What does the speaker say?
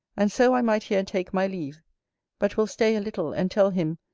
and so i might here take my leave but will stay a little and tell him,